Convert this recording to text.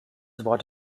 wort